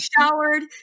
showered